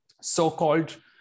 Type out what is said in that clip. so-called